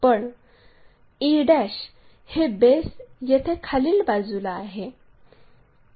पण e हे base येथे खालील बाजूला आहे